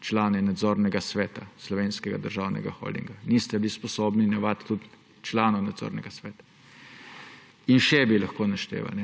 člane nadzornega sveta Slovenskega državnega holdinga. Niste bili sposobni imenovati tudi članov nadzornega sveta. In še bi lahko našteval.